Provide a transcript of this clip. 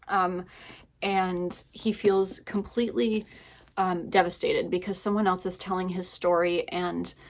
um and he feels completely devastated because someone else is telling his story and